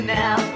now